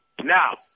Now